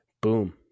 Boom